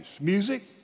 music